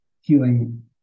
healing